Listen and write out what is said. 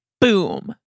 boom